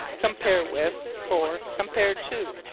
compare with for compare to.